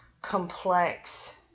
complex